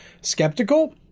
skeptical